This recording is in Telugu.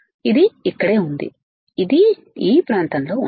ఇది ఇక్కడే ఉంది ఇది ఈ ప్రాంతంలో ఉంది